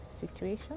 situation